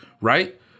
right